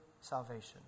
salvation